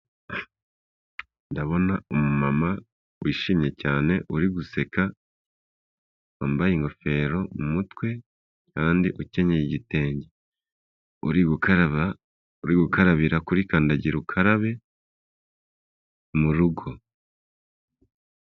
Ndabona umumama wishimye cyane uri guseka, wambaye ingofero mu mutwe kandi ukenyeye igitenge. Uri gukaraba, uri gukarabira kuri kandagira ukarabe mu rugo.